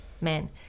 man